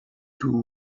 two